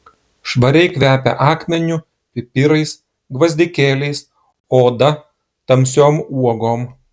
švariai kvepia akmeniu pipirais gvazdikėliais oda tamsiom uogom